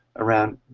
around